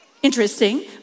Interesting